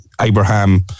Abraham